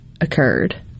occurred